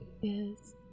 Yes